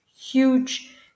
huge